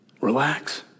relax